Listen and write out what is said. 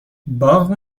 باغ